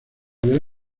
del